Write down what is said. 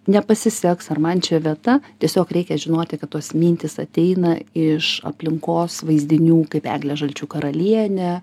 nepasiseks ar man čia vieta tiesiog reikia žinoti kad tos mintys ateina iš aplinkos vaizdinių kaip eglė žalčių karalienė